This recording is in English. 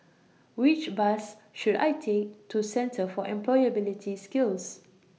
Which Bus should I Take to Centre For Employability Skills